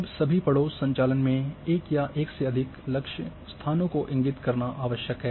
अब सभी पड़ोस संचालन में एक या एक से अधिक लक्ष्य स्थानों को इंगित करना आवश्यक है